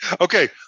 Okay